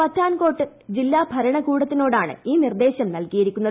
പത്താൻകോട്ട് ജില്ലാഭരണകൂടത്തിനോടാണ് ഈ നിർദ്ദേശം നൽകിയിരിക്കുന്നത്